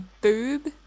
Boob